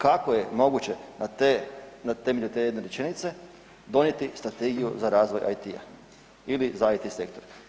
Kako je moguće da na temelju te jedne rečenice donijeti Strategiju za razvoj IT-a ili za IT sektor?